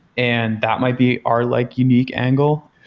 and that might be our like unique angle.